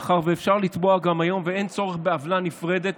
מאחר שאפשר לתבוע גם היום ואין צורך בעוולה נפרדת.